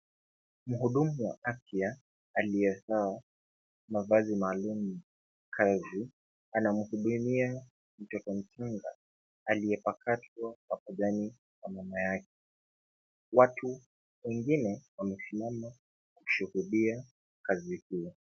Mhudumu wa afya aliyevaa mavazi maalum ya kazi anamhudumia mtoto mchanga aliyepakatwa mapajani pa mama yake. Watu wengine wamesimama wakishuhudia kazi hiyo.